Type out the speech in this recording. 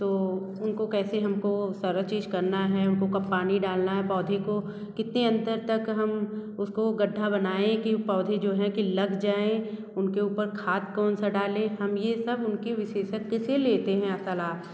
तो उनको कैसे हमको सारा चीज करना है उनको कब पानी डालना है पौधे को कितने अंदर तक हम उसको गड्ढा बनाएँ कि पौधे जो हैं कि लग जाएँ उनके ऊपर खाद कौन सा डालें हम ये सब उनके विशेषज्ञ से लेते हैं सलाह